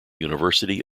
university